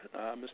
Mr